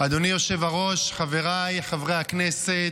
אדוני היושב-ראש, חבריי חברי הכנסת,